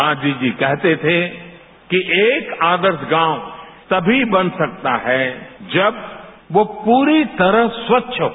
गांधी जी कहते थे कि एक आदर्श गांव तभी बन सकता है जब वह पुरी तरह स्वच्छ हो